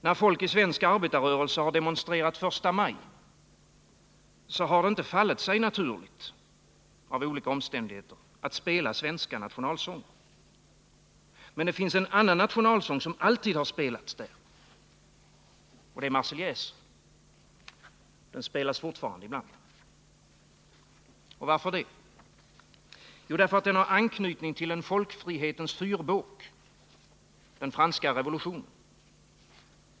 När folk i svensk arbetarrörelse har demonstrerat första maj har det av olika omständigheter inte fallit sig naturligt att spela svenska nationalsånger. Men det finns en annan nationalsång, som alltid har spelats där, nämligen Marseljäsen. Den spelas fortfarande ibland. Varför det? Jo, därför att den har anknytning till en folkfrihetens fyrbåk — den franska revolutionen.